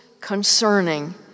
concerning